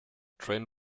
train